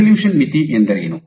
resolution ಮಿತಿ ಎಂದರೇನು